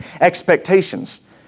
expectations